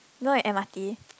know at M_R_T